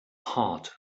heart